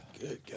good